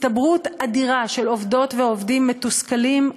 הצטברות אדירה של עובדות ועובדים מתוסכלים,